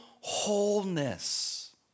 wholeness